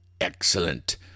Excellent